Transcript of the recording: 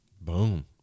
Boom